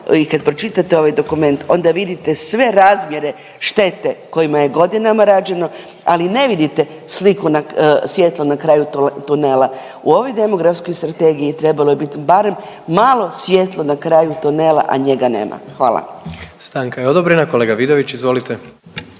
i kad pročitate ovaj dokument onda vidite sve razmjere štete kojima je godinama rađeno, ali ne vidite sliku na …, svjetlo na kraju tunela. U ovoj demografskoj strategiji trebalo je bit barem malo svjetlo na kraju tunela, a njega nema, hvala. **Jandroković, Gordan